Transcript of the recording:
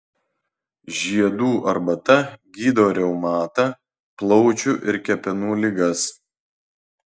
žiedų arbata gydo reumatą plaučių ir kepenų ligas